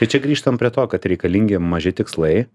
ir čia grįžtam prie to kad reikalingi maži tikslai